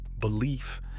belief